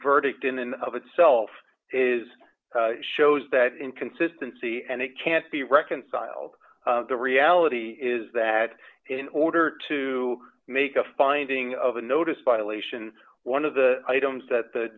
verdict in and of itself is shows that inconsistency and it can't be reconciled the reality is that in order to make a finding of a notice violation one of the items that the